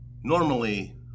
normally